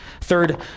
Third